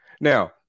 Now